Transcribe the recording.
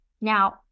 Now